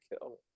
kill